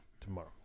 Tomorrow